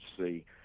see